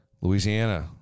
Louisiana